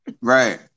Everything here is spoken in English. Right